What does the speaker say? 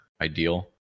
ideal